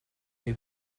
new